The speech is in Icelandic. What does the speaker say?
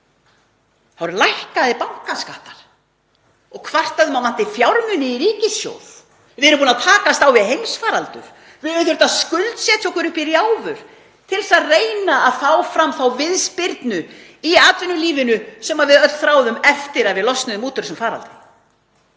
Þá lækka þeir bankaskattinn og kvarta um að það vanti fjármuni í ríkissjóð. Við erum búin að takast á við heimsfaraldur, höfum þurft að skuldsetja okkur upp í rjáfur til að reyna að fá fram þá viðspyrnu í atvinnulífinu sem við öll þráðum eftir að við losnuðum út úr þessum faraldri.